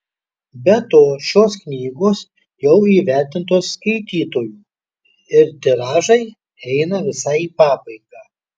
be to šios knygos jau įvertintos skaitytojų ir tiražai eina visai į pabaigą